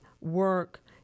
work